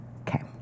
Okay